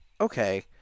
okay